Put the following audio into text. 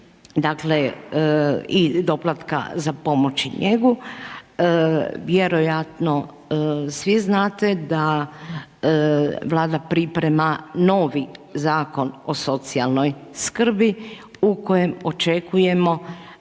i doplataka za pomoć i njegu, vjerojatno svi znate da vlada priprema novi Zakon o socijalnoj skrbi u kojoj očekujemo